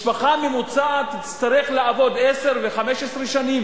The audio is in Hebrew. משפחה ממוצעת תצטרך לעבוד עשר ו-15 שנים